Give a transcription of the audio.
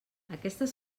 aquestes